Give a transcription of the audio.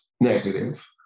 negative